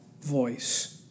voice